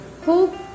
Hope